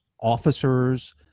Officers